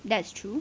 that's true